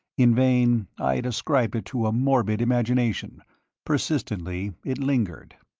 in vain i had ascribed it to a morbid imagination persistently it lingered.